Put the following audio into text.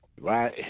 Right